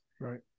Right